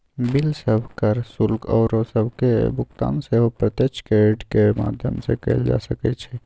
bill सभ, कर, शुल्क आउरो सभके भुगतान सेहो प्रत्यक्ष क्रेडिट के माध्यम से कएल जा सकइ छै